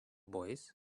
boys